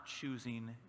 choosing